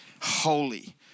holy